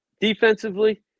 Defensively